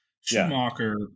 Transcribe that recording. Schumacher